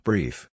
Brief